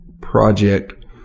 project